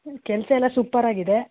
ಕೆಲಸ ಎಲ್ಲ ಸೂಪರ್ ಆಗಿದೆ